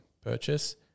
purchase